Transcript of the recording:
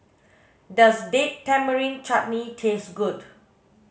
does Date Tamarind Chutney taste good